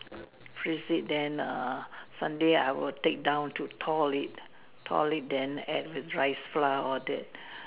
freeze it then err Sunday I will take down to thaw it thaw it then add with rice flour all that